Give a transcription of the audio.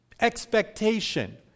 expectation